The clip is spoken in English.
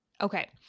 Okay